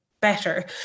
better